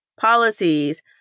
policies